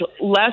less